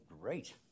great